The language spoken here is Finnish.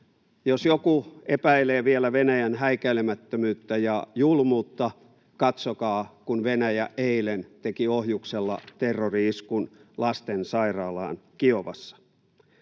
Jos joku epäilee vielä Venäjän häikäilemättömyyttä ja julmuutta, katsokaa, kun Venäjä eilen teki ohjuksella terrori-iskun lastensairaalaan Kiovassa.